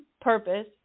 purpose